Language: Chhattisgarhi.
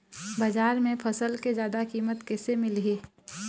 बजार म फसल के जादा कीमत कैसे मिलही?